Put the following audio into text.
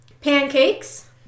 Pancakes